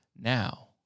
now